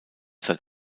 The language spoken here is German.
seit